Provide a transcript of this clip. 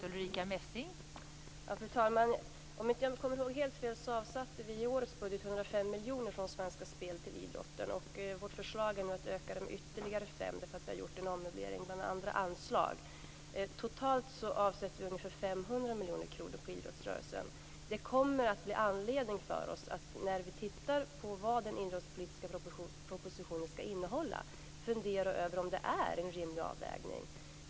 Fru talman! Om jag inte kommer ihåg helt fel avsatte vi i årets budget 105 miljoner från Svenska Spel till idrotten, och vårt förslag är att öka det ytterligare med 5 miljoner. Vi har gjort en ommöblering bland andra anslag. Totalt avsätter vi ungefär 500 miljoner kronor på idrottsrörelsen. Det kommer att finnas anledning för oss att, när vi tittar på vad den idrottspolitiska propositionen skall innehålla, fundera över om det är en rimlig avvägning.